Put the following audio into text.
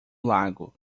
lago